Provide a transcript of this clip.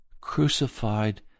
crucified